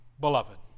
beloved